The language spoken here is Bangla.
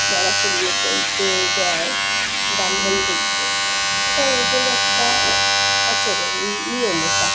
ন্যাড়া করিয়ে পইতে দেয় ব্রাহ্মণ ডেকে এটা ওদের একটা আচরণ নিয়ম এটা